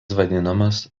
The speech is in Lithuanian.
vadinamas